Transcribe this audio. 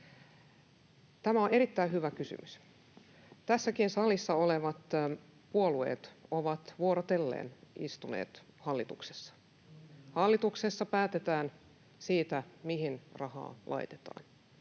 Tämä on erittäin hyvä kysymys. Tässäkin salissa olevat puolueet ovat vuorotellen istuneet hallituksessa. [Antero Laukkanen: Juuri näin!] Hallituksessa päätetään siitä, mihin rahaa laitetaan.